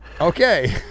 Okay